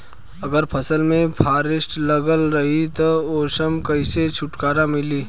अगर फसल में फारेस्ट लगल रही त ओस कइसे छूटकारा मिली?